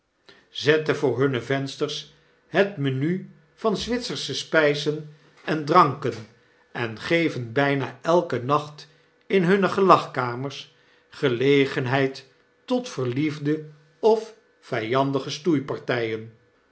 zetten voor hunne vensters het menu van zwitsersche spijzen en dranken en geven bgna elken nacht in hunne gelagkamers gelegenheid tot verliefde of